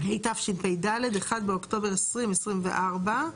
התשפ"ד (1 באוקטובר 2024)